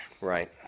Right